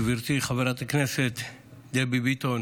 גברתי חברת הכנסת דבי ביטון,